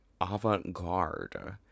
avant-garde